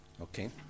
Okay